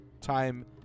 Time